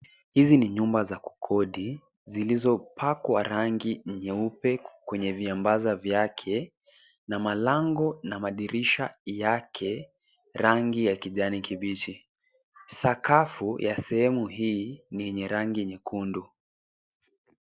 Hizi ni nyumba za kukodi zilizopakwa rangi nyeupe kwenye viambaza vyake na malango na madirisha yake, rangi ya kijani kibichi. Sakafu ya sehemu hii ni yenye rangi nyekundu.